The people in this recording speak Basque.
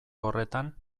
horretan